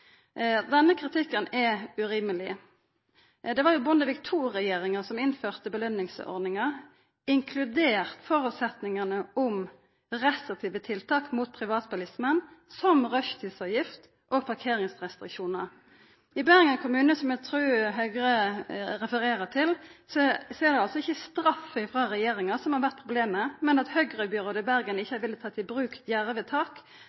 innførte belønningsordninga, inkludert føresetnadene om restriktive tiltak mot privatbilismen, som rushtidsavgift og parkeringsrestriksjonar. I Bergen kommune, som eg trur Høgre refererer til, er det altså ikkje straff frå regjeringa som har vore problemet, men at høgrebyrådet i Bergen